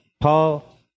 Paul